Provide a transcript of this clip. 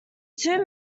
two